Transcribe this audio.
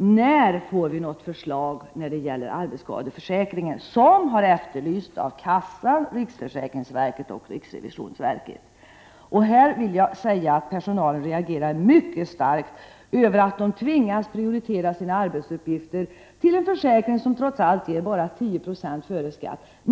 När får vi något förslag när det gäller arbetsskadeförsäkringen, vilket har efterlysts av kassor, riksförsäkringsverket och riksrevisionsverket? Personalen vid kassorna reagerar mycket starkt mot att den i sitt arbete tvingas prioritera en försäkring som trots allt bara ger 10 90 utöver sjukpenningen före skatt.